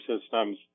systems